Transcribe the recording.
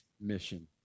mission